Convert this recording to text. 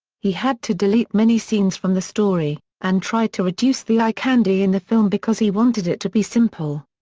he had to delete many scenes from the story, and tried to reduce the eye-candy in the film because he wanted it to be simple.